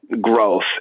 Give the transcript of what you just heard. growth